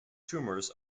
tumors